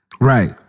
Right